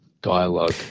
dialogue